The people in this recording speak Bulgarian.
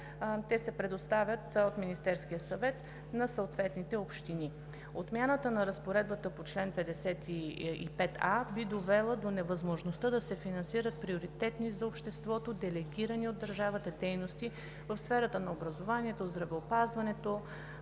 се предоставят от Министерския съвет на съответните общини. Отмяната на разпоредбата по чл. 55а би довела до невъзможността да се финансират приоритетни за обществото делегирани от държавата дейности в сферата на образованието, здравеопазването,